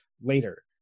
later